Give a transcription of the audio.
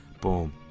Boom